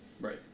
Right